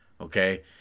okay